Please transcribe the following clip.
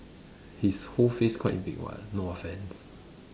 his whole face quite big [what] no offence